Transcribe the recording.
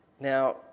Now